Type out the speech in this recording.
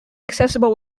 accessible